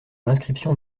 l’inscription